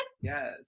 Yes